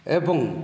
ଏବଂ